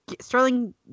Sterling